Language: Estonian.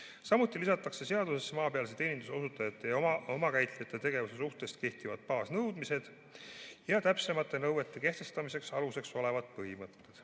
Samuti lisatakse seadusesse maapealse teeninduse osutajate ja omakäitlejate tegevuse suhtes kehtivad baasnõudmised ning täpsemate nõuete kehtestamise aluseks olevad põhimõtted. Eelnõus